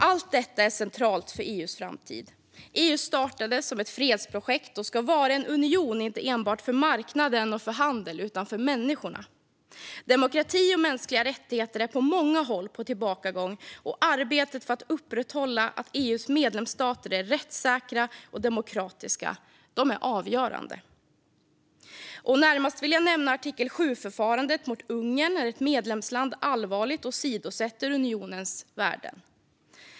Allt detta är centralt för EU:s framtid. EU startades som ett fredsprojekt och ska vara en union inte enbart för marknaden och för handel utan för människorna. Demokrati och mänskliga rättigheter är på många håll på tillbakagång, och arbetet för att upprätthålla att EU:s medlemsstater är rättssäkra och demokratiska är avgörande. Närmast vill jag nämna artikel 7-förfarandet mot Ungern i samband med att ett medlemsland allvarligt åsidosätter unionens värden.